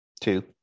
two